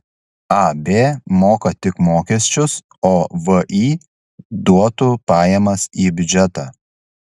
ab moka tik mokesčius o vį duotų pajamas į biudžetą